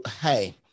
hey